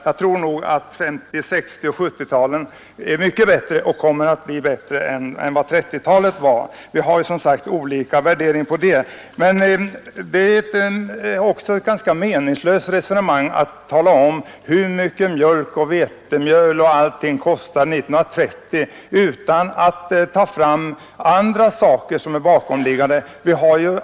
Jag tror nog att 1950 och 1960-talen var mycket bättre och att 1970-talet kommer att visa sig vara mycket bättre än 1930-talet. Det är ett ganska meningslöst resonemang att här tala om vad mjölk, vetemjöl och annat kostade 1930 utan att samtidigt ta fram andra bakomliggande faktorer.